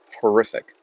horrific